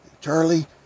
Charlie